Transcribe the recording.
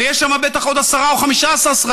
ויש שם בטח עוד 10 או 15 סרטים.